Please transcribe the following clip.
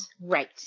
Right